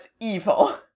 evil